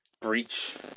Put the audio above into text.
breach